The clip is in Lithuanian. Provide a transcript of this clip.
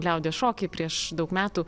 liaudies šokį prieš daug metų